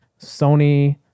Sony